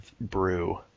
brew